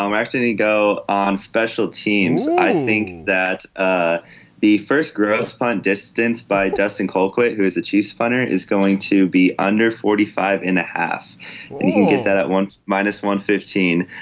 um actually go on special teams. i think that ah the first grasp spun distance by dustin coakley who is the chiefs punter is going to be under forty five and a half get that at once minus one fifteen.